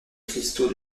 cristaux